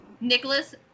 Nicholas